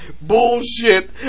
bullshit